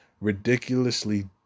ridiculously